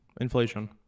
Inflation